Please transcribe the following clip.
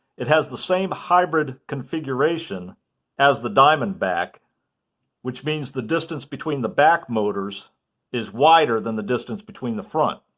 it has the same hybrid configuration as the diamondback which means the distance between the back motors is wider than the distance between the front.